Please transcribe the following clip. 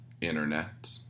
internet